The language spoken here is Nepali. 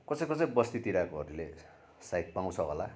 कसै कसै बस्तीतिरकोहरूले सायद पाउँछ होला